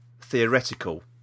theoretical